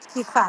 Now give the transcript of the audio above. תקיפה.